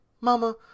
Mama